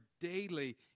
daily